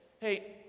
hey